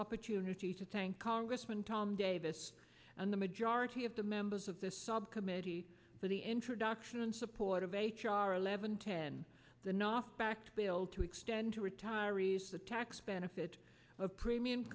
opportunity to thank congressman tom davis and the majority of the members of this subcommittee for the introduction and support of h r eleven ten the knockback bill to extend to retirees the tax benefit of premium